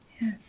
Yes